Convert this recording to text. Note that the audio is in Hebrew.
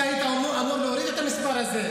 אתה היית אמור להוריד את המספר הזה.